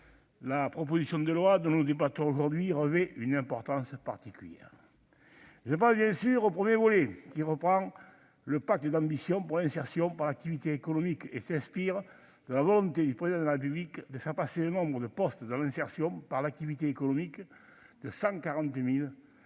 la proposition de loi dont nous débattons aujourd'hui revêt une importance particulière. Je pense, bien sûr, à son premier volet, qui reprend le pacte d'ambition pour l'insertion par l'activité économique et s'inspire de la volonté du Président de la République de faire passer le nombre des bénéficiaires de l'insertion par l'activité économique de 140 000 à